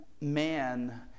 man